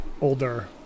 Older